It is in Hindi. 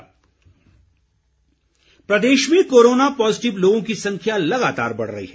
कोरोना हिमाचल प्रदेश में कोरोना पॉज़िटिव लोगों की संख्या लगातार बढ़ रही है